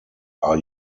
are